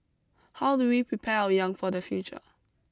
how do we prepare our young for the future